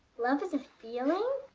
love is a feeling?